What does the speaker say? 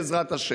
לתקופה